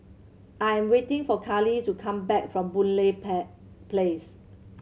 I'm waiting for Carley to come back from Boon Lay Place